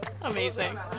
Amazing